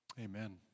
Amen